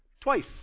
twice